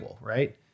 right